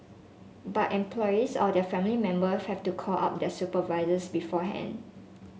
but employees or their family member have to call up their supervisors beforehand